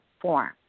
form